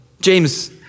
James